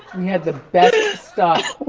we had the best stuff.